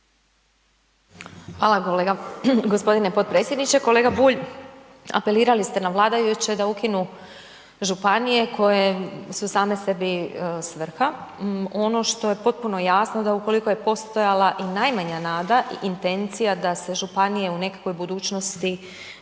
Hvala g. potpredsjedniče. Kolega Bulj, apelirali ste na vladajuće da ukinu županije koje su same sebi svrha, ono što je potpuno jasno, da ukoliko je postojala i najmanja nada i intencija da se županije u nekakvoj budućnosti